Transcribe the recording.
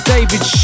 David